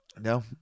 no